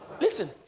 Listen